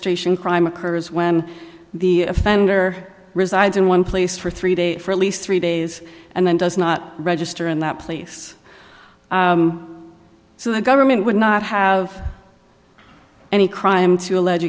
station crime occurs when the offender resides in one place for three days for at least three days and then does not register in that place so the government would not have any crime